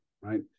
right